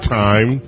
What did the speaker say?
time